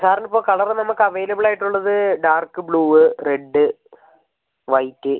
സാറിന് ഇപ്പം കളർ നമുക്ക് അവൈലബിൾ ആയിട്ടുള്ളത് ഡാർക്ക് ബ്ലൂവ് റെഡ് വൈറ്റ്